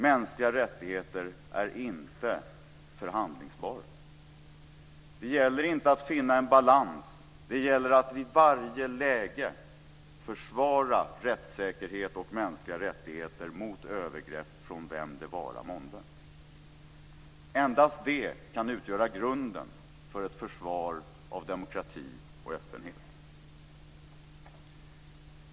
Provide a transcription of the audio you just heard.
Mänskliga rättigheter är inte förhandlingsbara. Det gäller inte att finna en balans. Det gäller att i varje läge försvara rättssäkerhet och mänskliga rättigheter mot övergrepp från vem det vara månde. Endast det kan utgöra grunden för ett försvar av demokrati och öppenhet.